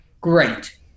great